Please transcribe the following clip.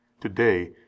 Today